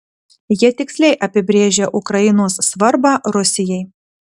jie tiksliai apibrėžia ukrainos svarbą rusijai